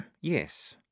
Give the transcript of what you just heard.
yes